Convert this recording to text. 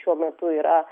šiuo metu yra